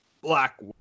black